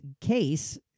case